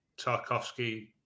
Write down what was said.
Tarkovsky